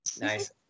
Nice